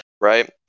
Right